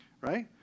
right